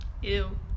Ew